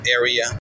area